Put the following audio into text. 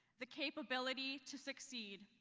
the capability to succeed.